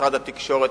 משרד התקשורת,